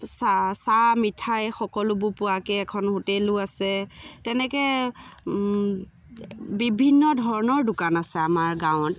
চাহ চাহ মিঠাই সকলোবোৰ পোৱাকৈ এখন হোটেলো আছে তেনেকৈ বিভিন্ন ধৰণৰ দোকান আছে আমাৰ গাঁৱত